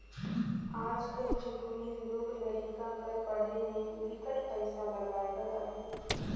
आज कर जुग में लोग लरिका कर पढ़ई में बिकट पइसा लगाए बर अहे